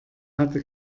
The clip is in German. hatte